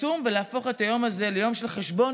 לצום ולהפוך את היום הזה ליום של חשבון